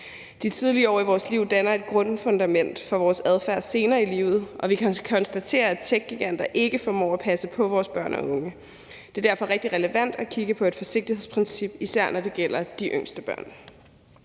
De tidlige år i vores liv danner et grundfundament for vores adfærd senere i livet, og vi kan konstatere, at techgiganter ikke formår at passe på vores børn og unge. Det er derfor rigtig relevant at kigge på et forsigtighedsprincip, især når det gælder de yngste børn.